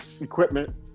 equipment